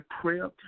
prayer